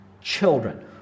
children